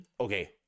okay